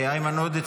איימן עודה,